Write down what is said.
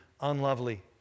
unlovely